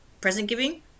present-giving